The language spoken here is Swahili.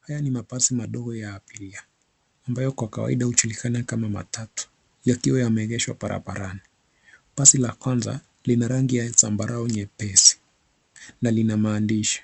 Haya ni mabasi madogo ya abiria ambayo kwa kawaida hujulikana kama matatu yakiwa yameegeshwa barabarani. Basi la kwanza lina rangi ya zambarau nyepesi na lina maandishi.